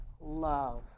love